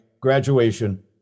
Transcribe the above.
graduation